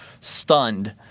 stunned